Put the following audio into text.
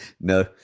no